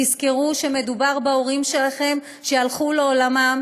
תזכרו שמדובר בהורים שלכם שהלכו לעולמם